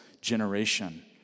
generation